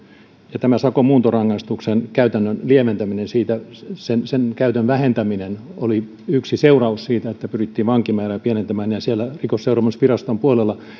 ja tämä sakon muuntorangaistuksen käytännön lieventäminen sen sen käytön vähentäminen oli yksi seuraus siitä että pyrittiin vankimäärää pienentämään siellä rikosseuraamusviraston puolella